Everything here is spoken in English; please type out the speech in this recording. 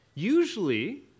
Usually